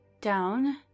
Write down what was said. down